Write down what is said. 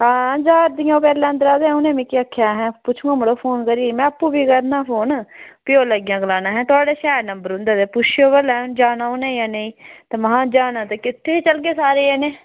आं जा दियां परले अंदर आह्लियां ते उनें मिगी आक्खेआ पुच्छो आं मड़ो फोन करियै में आपूं बी करना हा फोन तो ऐहे थुआढ़े शैल नंबर औंदे ते तुस पुच्छेओ पता लैओ की जाना उनें जां नेईं ते में हा जाना ते किट्ठे चलगे सारे जनें